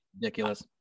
ridiculous